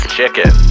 Chicken